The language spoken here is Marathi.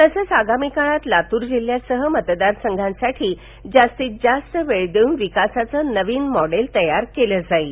तसंच आगामी काळात लातूर जिल्ह्यासह मतदारसंघासाठी जास्तीत जास्त वेळ देऊन विकासाचं नवीन मॉडेल तयार करण्यात येईल